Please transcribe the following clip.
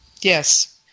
Yes